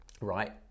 right